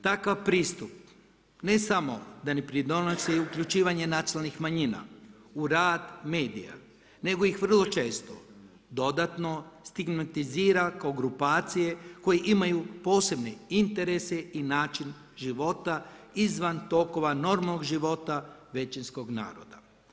Takav pristup, ne samo da ne pridonosi uključivanje nacionalnih manjina u rad medija, nego ih vrlo često dodatno stigmatizira kao grupacije koje imaju posebne interese i način života izvan tokova normalnog život većinskog naroda.